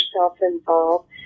self-involved